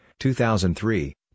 2003